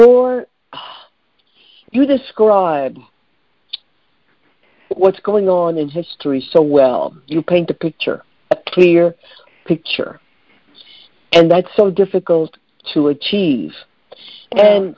or you describe what's going on in history so well you paint a picture a clear picture and that's so difficult to achieve and